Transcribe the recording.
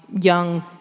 young